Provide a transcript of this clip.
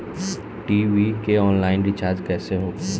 TV के online recharge कैसे होखी?